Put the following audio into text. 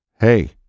hey